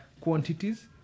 quantities